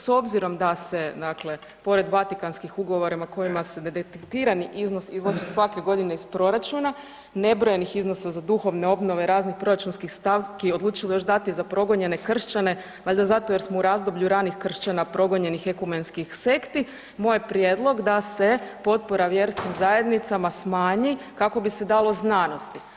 S obzirom da se dakle pored Vatikanskih ugovora kojima se detektirani iznos izvlači svake godine iz proračuna, nebrojenih iznosa za duhovne obnove, raznih proračunskih stavki, odlučili još dati za progonjene kršćane, valjda zato jer smo u razdoblju ranih kršćana progonjenih ekumenskih sekti, moj je prijedlog da se potpora vjerskim zajednicama smanji kako bi se dalo znanosti.